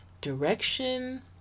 direction